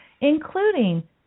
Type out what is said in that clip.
including